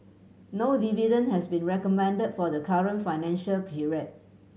no dividend has been recommended for the current financial period